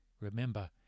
Remember